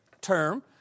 term